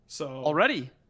Already